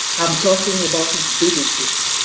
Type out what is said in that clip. i'm talking about and villages.